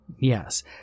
yes